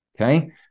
Okay